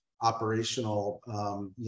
operational